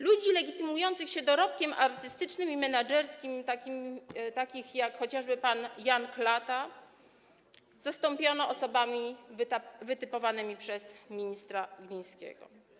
Ludzi legitymujących się dorobkiem artystycznym i menedżerskim, takich jak chociażby pan Jan Klata, zastąpiono osobami wytypowanymi przez ministra Glińskiego.